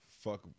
fuck